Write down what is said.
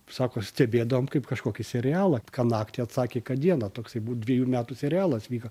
sako stebėdavom kaip kažkokį serialą ką naktį atsakė kad dieną toksai buvo dvejų metų serialas vyka